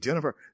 Jennifer